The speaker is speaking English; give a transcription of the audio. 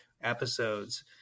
episodes